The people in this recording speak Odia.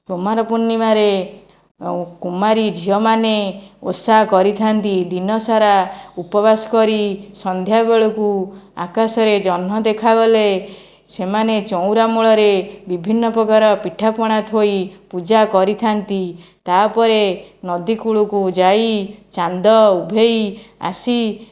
କୁମାର ପୂର୍ଣ୍ଣିମାରେ କୁମାରୀ ଝିଅମାନେ ଓଷା କରିଥାନ୍ତି ଦିନସାରା ଉପବାସ କରି ସନ୍ଧ୍ୟାବେଳକୁ ଆକାଶରେ ଜହ୍ନ ଦେଖାଗଲେ ସେମାନେ ଚଉଁରା ମୂଳରେ ବିଭିନ୍ନପ୍ରକାର ପିଠାପଣା ଥୋଇ ପୂଜା କରିଥାନ୍ତି ତା'ପରେ ନଦୀକୂଳକୁ ଯାଇ ଚାନ୍ଦ ଉଭେଇ ଆସି